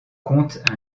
compte